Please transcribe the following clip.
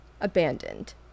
abandoned